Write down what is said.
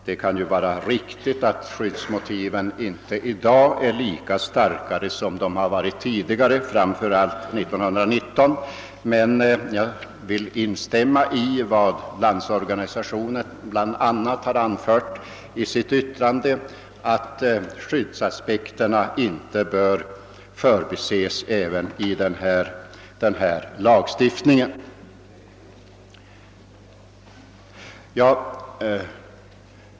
Det kan vara riktigt att skyddsmotiven i dag inte är lika starka som de var tidigare, framför allt 1919, men jag vill instämma i vad Landsorganisationen bl.a. anfört i siti yttrande, nämligen att skyddsaspekterna inte bör förbises i denna lagstiftning.